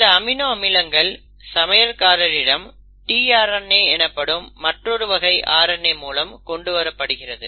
இந்த அமினோ அமிலங்கள் சமையல்காரரிடம் tRNA எனப்படும் மற்றொரு வகை RNA மூலம் கொண்டுவரப்படுகிறது